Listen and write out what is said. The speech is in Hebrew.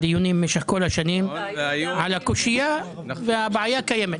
דיונים במשך כל השנים על הסוגייה והבעיה קיימת.